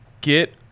get